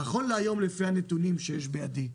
נכון להיום לפי הנותנים שיש בידי,